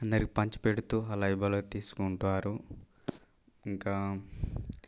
అందరికి పంచి పెడుతూ అలా ఎవరు తీసుకుంటారు ఇంకా